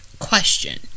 Question